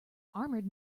armed